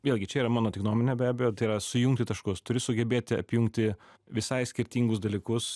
vėlgi čia yra mano tik nuomonė be abejo tai yra sujungti taškus turi sugebėti apjungti visai skirtingus dalykus